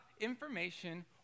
information